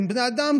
הם בני אדם.